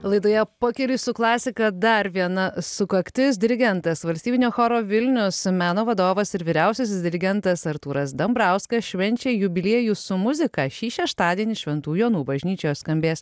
laidoje pakeliui su klasika dar viena sukaktis dirigentas valstybinio choro vilnius meno vadovas ir vyriausiasis dirigentas artūras dambrauskas švenčia jubiliejų su muzika šį šeštadienį šventų jonų bažnyčioje skambės